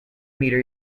metre